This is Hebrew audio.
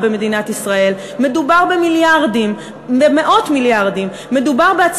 הקודמת, שניסיתם לעשות